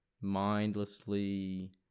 mindlessly